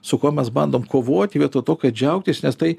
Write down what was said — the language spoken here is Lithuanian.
su kuo mes bandom kovoti vietoj to kad džiaugtis nes tai